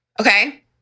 Okay